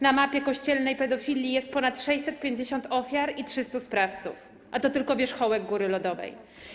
Na mapie kościelnej pedofilii jest ponad 650 ofiar i 300 sprawców, a to tylko wierzchołek góry lodowej.